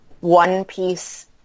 one-piece